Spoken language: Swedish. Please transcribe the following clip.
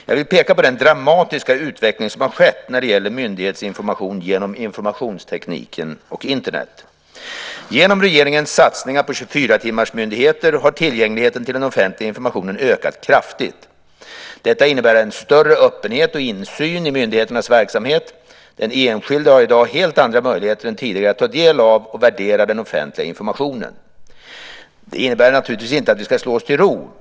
Jag vill peka på den dramatiska utveckling som har skett när det gäller myndighetsinformation genom informationstekniken och Internet. Genom regeringens satsningar på 24-timmarsmyndigheter har tillgängligheten till den offentliga informationen ökat kraftigt. Detta innebär en större öppenhet och insyn i myndigheternas verksamhet. Den enskilde har i dag helt andra möjligheter än tidigare att ta del av och värdera den offentliga informationen. Det innebär inte att vi ska slå oss till ro.